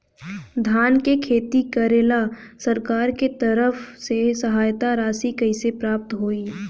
धान के खेती करेला सरकार के तरफ से सहायता राशि कइसे प्राप्त होइ?